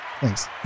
Thanks